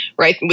Right